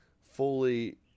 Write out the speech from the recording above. fully